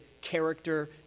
character